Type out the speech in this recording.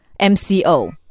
MCO